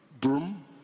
broom